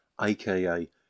aka